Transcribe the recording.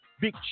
Big